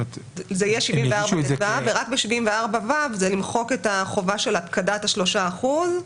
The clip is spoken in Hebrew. וב-74 זה למחוק את החובה של הפקדת של ה-3%.